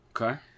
Okay